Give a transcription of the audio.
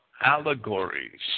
allegories